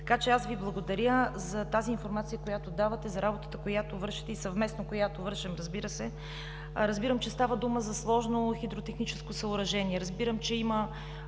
Така че аз Ви благодаря за тази информация, която давате, за работата, която вършите и която вършим съвместно, разбира се. Разбирам, че става дума за сложно хидротехническо съоръжение, че има